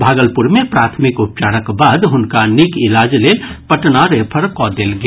भागलपुर मे प्राथमिक उपचारक बाद हुनका नीक इलाज लेल पटना रेफर कऽ देल गेल